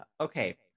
okay